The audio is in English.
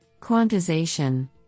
Quantization